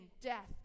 death